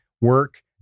work